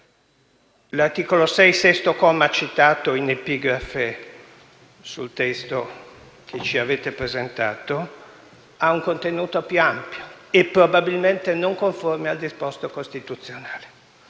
legge n. 243 del 2012, citato in epigrafe sul testo che ci avete presentato, ha un contenuto più ampio e probabilmente non conforme al disposto costituzionale.